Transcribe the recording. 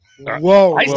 whoa